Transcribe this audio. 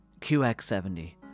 QX70